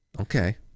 okay